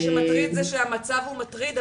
מה שמטריד זה שהמצב הוא מטריד,